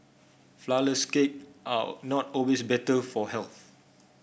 flourless cake are not always better for health